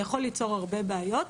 זה יכול ליצור הרבה בעיות.